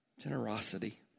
generosity